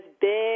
big